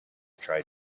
tried